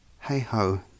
Hey-ho